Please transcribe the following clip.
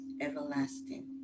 everlasting